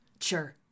Sure